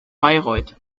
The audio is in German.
bayreuth